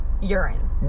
urine